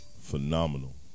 Phenomenal